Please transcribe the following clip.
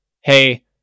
hey